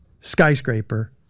skyscraper